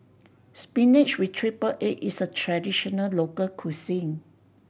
spinach with triple egg is a traditional local cuisine